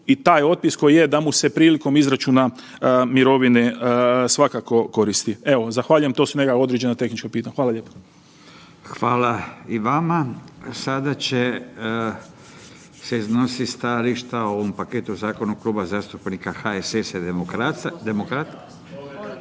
i taj otpis koji je da mu se prilikom izračuna mirovine svakako koristi. Evo, zahvaljujem to su neka određena tehnička pitanja. Hvala lijepo. **Radin, Furio (Nezavisni)** Hvala i vama. Sada će se iznositi stajališta o ovom paketu zakona Kluba zastupnika HSS-a i Demokrata,